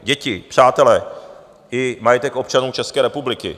Děti, přátele i majetek občanů České republiky.